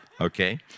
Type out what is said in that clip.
Okay